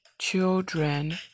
children